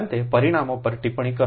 અંતે પરિણામો પર ટિપ્પણી કરો